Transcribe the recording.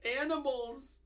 animals